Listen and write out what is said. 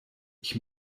ich